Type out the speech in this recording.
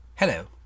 Hello